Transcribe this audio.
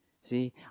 See